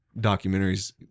documentaries